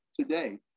today